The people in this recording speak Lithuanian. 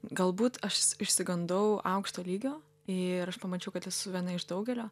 galbūt aš išsigandau aukšto lygio ir aš pamačiau kad esu viena iš daugelio